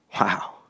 Wow